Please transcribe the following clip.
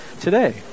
today